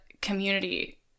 community